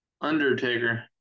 Undertaker